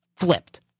Flipped